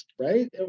Right